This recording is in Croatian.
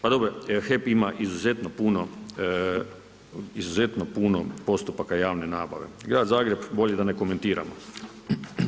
Pa dobro, HEP ima izuzetno puno postupaka javne nabave, Grad Zagreb, bolje da ne komentiram.